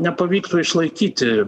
nepavyktų išlaikyti